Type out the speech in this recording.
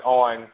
on